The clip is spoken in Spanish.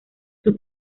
sus